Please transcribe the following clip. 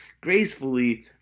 gracefully